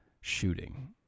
shooting